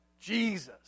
Jesus